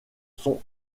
sont